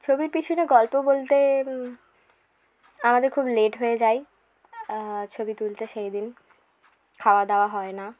ছবির পিছনে গল্প বলতে আমাদের খুব লেট হয়ে যায় ছবি তুলতে সেই দিন খাওয়া দাওয়া হয় না